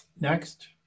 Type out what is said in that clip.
Next